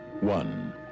One